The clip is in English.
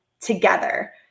together